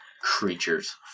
creatures